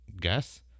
guess